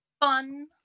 fun